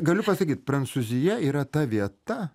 galiu pasakyt prancūzija yra ta vieta